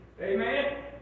Amen